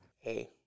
Hey